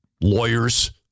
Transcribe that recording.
lawyers